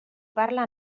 parla